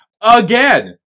again